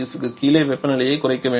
க்கு கீழே வெப்பநிலையைக் குறைக்க வேண்டும்